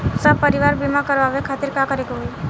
सपरिवार बीमा करवावे खातिर का करे के होई?